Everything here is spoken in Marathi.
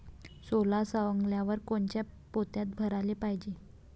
सोला सवंगल्यावर कोनच्या पोत्यात भराले पायजे?